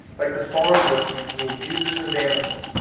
like the farm-workman who abuses his animals,